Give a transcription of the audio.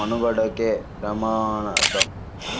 మనుగడకే ప్రమాదం